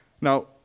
Now